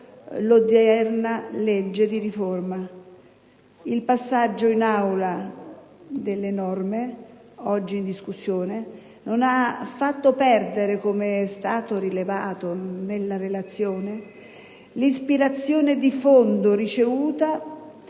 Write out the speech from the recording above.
l'odierna legge di riforma. Il passaggio in Aula delle norme oggi in discussione non ha fatto perdere, come è stato rilevato nella relazione, l'ispirazione di fondo